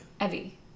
Evie